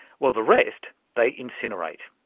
well, the rest they incinerate,